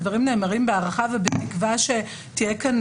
הדברים נאמרים בהערכה ובתקווה שתהיה כאן